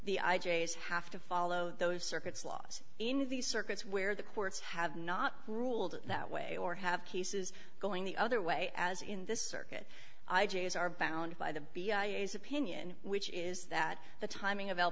is have to follow those circuits laws in these circuits where the courts have not ruled that way or have cases going the other way as in this circuit i js are bound by the opinion which is that the timing of l